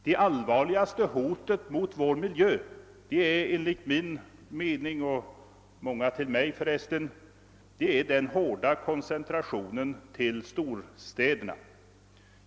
Det allvarligaste hotet mot vår miljö är enligt min och många andras mening den hårda koncentrationen till storstäderna.